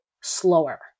slower